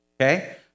Okay